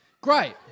Great